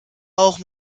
auch